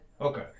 okay